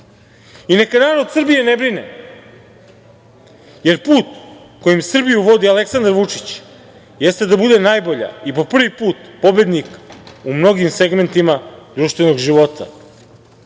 i neka narod Srbije ne brine, jer put kojim Srbiju vodi Aleksandar Vučić jeste da bude najbolja i po prvi put pobednik u mnogim segmentima društvenog